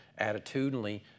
attitudinally